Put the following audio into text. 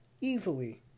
Easily